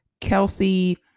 Kelsey